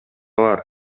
бар